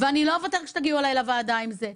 ואני לא אוותר כשתגיעו אליי לוועדה עם זה,